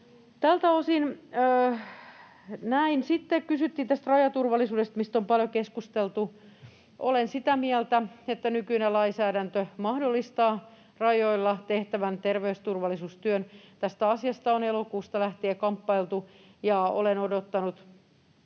Sitten kysyttiin tästä rajaturvallisuudesta, mistä on paljon keskusteltu. Olen sitä mieltä, että nykyinen lainsäädäntö mahdollistaa rajoilla tehtävän terveysturvallisuustyön. Tästä asiasta on elokuusta lähtien kamppailtu, ja olen odottanut